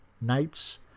nights